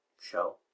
show